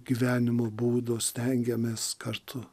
gyvenimo būdo stengiamės kartu